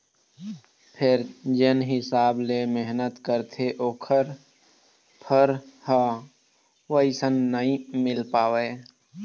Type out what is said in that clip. फेर जेन हिसाब ले मेहनत करथे ओखर फर ह वइसन नइ मिल पावय